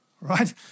right